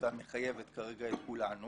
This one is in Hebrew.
והמחייבת כרגע את כולנו